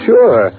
Sure